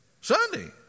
Sunday